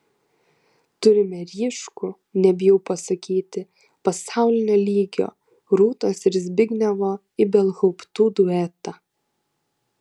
turime ryškų nebijau pasakyti pasaulinio lygio rūtos ir zbignevo ibelhauptų duetą